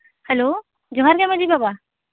hello ᱡᱚᱦᱟᱨ ᱜᱮ ᱢᱟᱹᱡᱷᱤ ᱵᱟᱵᱟ